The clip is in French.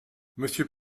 monsieur